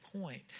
point